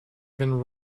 been